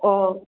ꯑꯣ